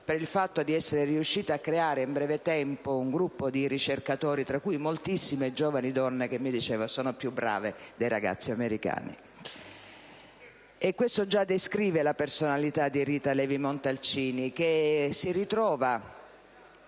per il fatto di essere riuscita a creare in breve tempo un gruppo di ricercatori americani, tra cui moltissime giovani donne che - mi diceva - sono più brave dei ragazzi. Questo già descrive la personalità di Rita Levi-Montalcini, che si ritrova